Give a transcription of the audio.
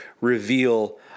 reveal